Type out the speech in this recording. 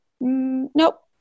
nope